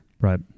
Right